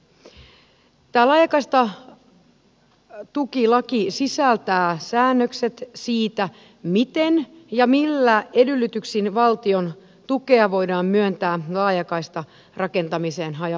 tämä laajakaistatukilaki sisältää säännökset siitä miten ja millä edellytyksin valtion tukea voidaan myöntää laajakaistarakentamiseen haja asutusalueilla